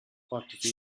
fragte